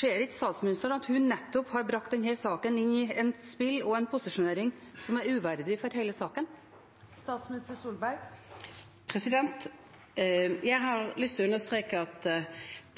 Ser ikke statsministeren at hun nettopp har brakt denne saken inn i et spill og en posisjonering som er uverdig for hele saken? Jeg har lyst til å understreke at